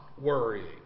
worrying